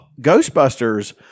Ghostbusters